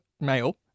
male